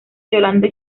yolanda